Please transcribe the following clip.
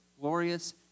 glorious